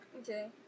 Okay